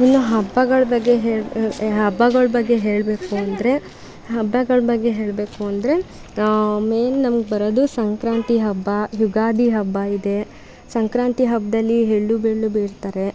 ಇನ್ನೂ ಹಬ್ಬಗಳ ಬಗ್ಗೆ ಹೇಳು ಹಬ್ಬಗಳ ಬಗ್ಗೆ ಹೇಳಬೇಕು ಅಂದರೆ ಹಬ್ಬಗಳ ಬಗ್ಗೆ ಹೇಳಬೇಕು ಅಂದರೆ ಮೇಯ್ನ್ ನಮ್ಗೆ ಬರೋದು ಸಂಕ್ರಾಂತಿ ಹಬ್ಬ ಯುಗಾದಿ ಹಬ್ಬ ಇದೆ ಸಂಕ್ರಾಂತಿ ಹಬ್ಬದಲ್ಲಿ ಎಳ್ಳು ಬೆಲ್ಲ ಬೀರ್ತಾರೆ